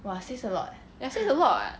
ya says a lot [what]